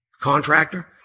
contractor